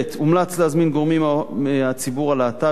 הומלץ להזמין גורמים מהציבור הלהט"בי,